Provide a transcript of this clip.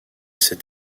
cet